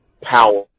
power